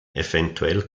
eventuell